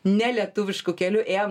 ne lietuvišku keliu ėjom